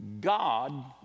God